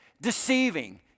deceiving